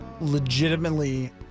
legitimately